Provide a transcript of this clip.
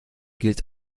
gilt